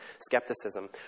skepticism